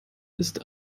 ist